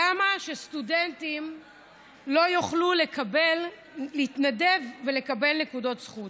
למה שסטודנטים לא יוכלו להתנדב ולקבל נקודות זכות?